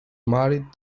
married